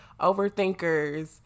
overthinkers